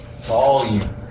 Volume